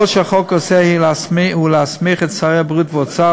כל שהחוק עושה הוא להסמיך את שרי הבריאות והאוצר,